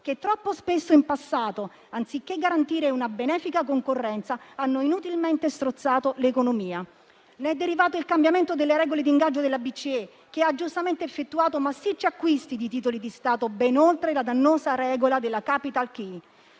che troppo spesso in passato, anziché garantire una benefica concorrenza, hanno inutilmente strozzato l'economia. Ne è derivato il cambiamento delle regole di ingaggio della BCE, che ha giustamente effettuato massicci acquisti di titoli di Stato, ben oltre la dannosa regola della *capital key*,